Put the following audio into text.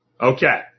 Okay